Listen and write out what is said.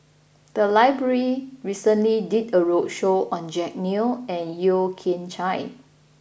the library recently did a roadshow on Jack Neo and Yeo Kian Chai